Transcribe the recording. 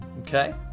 Okay